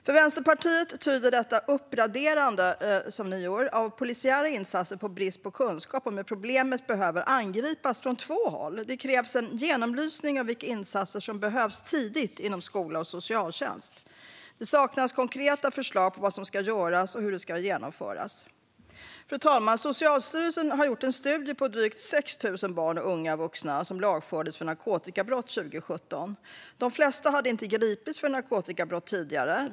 För Vänsterpartiet tyder detta uppgraderande av polisiära insatser på brist på kunskap om att problemet behöver angripas från två håll. Det krävs en genomlysning av vilka insatser som behövs tidigt inom skola och socialtjänst. Det saknas konkreta förslag på vad som ska göras och hur det ska genomföras. Fru talman! Socialstyrelsen har gjort en studie på drygt 6 000 barn och unga vuxna som lagfördes för narkotikabrott 2017. De flesta hade inte gripits för narkotikabrott tidigare.